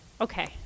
Okay